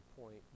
point